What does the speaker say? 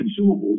consumables